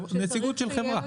נציגות של חברה.